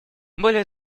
более